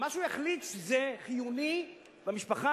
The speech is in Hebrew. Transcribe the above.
מה שיחליט שהוא המינימום החיוני למשפחה.